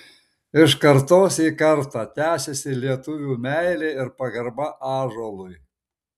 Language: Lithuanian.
iš kartos į kartą tęsiasi lietuvių meilė ir pagarba ąžuolui